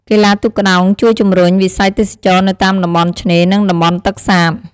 កីឡាទូកក្ដោងជួយជំរុញវិស័យទេសចរណ៍នៅតាមតំបន់ឆ្នេរ និងតំបន់ទឹកសាប។